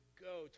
go